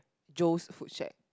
Jones food shed